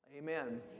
Amen